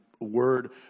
word